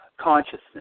consciousness